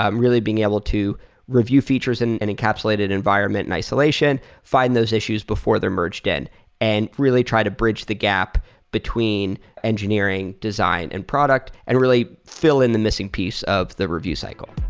um really, being able to review features in an encapsulated environment and isolation. find those issues before they're merged in and really try to bridge the gap between engineering, design and product and really fill in the missing piece of the review cycle.